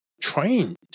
Trained